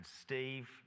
Steve